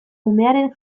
umearen